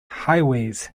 highways